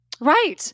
right